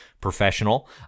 professional